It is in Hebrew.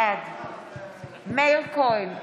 בעד מאיר כהן,